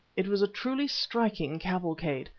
it was a truly striking cavalcade,